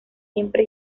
siempre